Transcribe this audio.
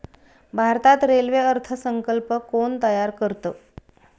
भारतात रेल्वे अर्थ संकल्प कोण तयार करतं?